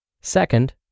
second